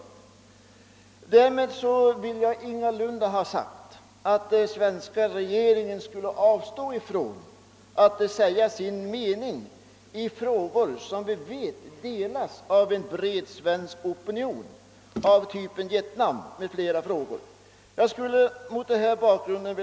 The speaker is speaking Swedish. Med vad jag nu sagt vill jag ingalunda göra gällande att den svenska regeringen bör avstå från att uttala sin mening i frågor, där vi vet att inställningen delas av en bred svensk opinion, såsom t.ex. i frågor av typen Vietnamkonflikten.